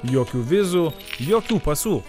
jokių vizų jokių pasų